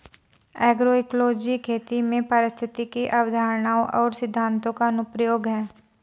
agroecology खेती में पारिस्थितिक अवधारणाओं और सिद्धांतों का अनुप्रयोग है